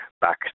back